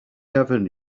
heaven